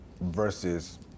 versus